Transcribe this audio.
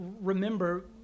remember